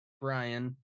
brian